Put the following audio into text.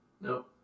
no